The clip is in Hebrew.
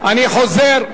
אני חוזר,